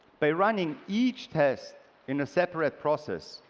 by running each test in a separate process,